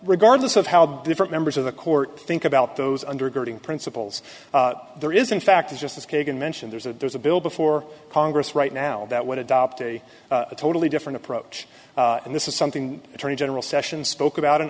regardless of how different members of the court think about those undergirding principles there is in fact just as kagan mentioned there's a there's a bill before congress right now that would adopt a totally different approach and this is something attorney general sessions spoke about